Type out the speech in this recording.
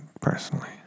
personally